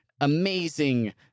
amazing